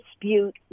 dispute